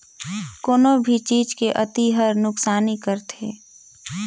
कोनो भी चीज के अती हर नुकसानी करथे